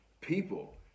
people